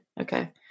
Okay